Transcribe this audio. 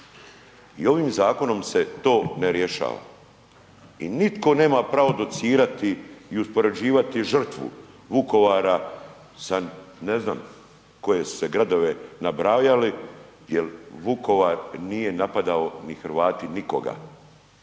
ovim zakonom se to ne rješava. I nitko nema pravo docirati i uspoređivati žrtvu Vukovara sa ne znam koji su se gradove nabrajali jer Vukovar nije napadao i Hrvati nikoga.